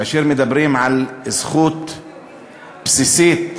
מדברים על זכות בסיסית